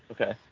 Okay